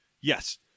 Yes